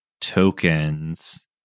tokens